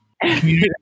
Community